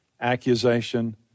accusation